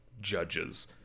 judges